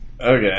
Okay